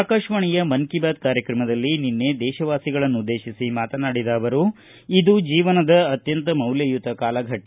ಆಕಾಶವಾಣಿಯ ಮನ್ ಕಿ ಬಾತ್ ಕಾರ್ಯಕ್ರಮದಲ್ಲಿ ನಿನ್ನೆ ದೇಶವಾಸಿಗಳನ್ನುದ್ದೇತಿಸಿ ಮಾತನಾಡಿದ ಅವರು ಇದು ಜೇವನದ ಅತ್ಯಂತ ಮೌಲ್ಯಯುತ ಕಾಲಫಟ್ಟ